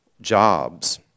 jobs